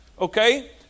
okay